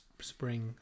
Spring